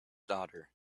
daughter